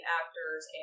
actors